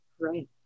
Right